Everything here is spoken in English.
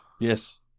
Yes